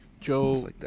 Joe